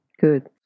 good